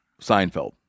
seinfeld